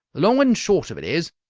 long and short of it is,